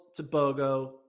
Tobogo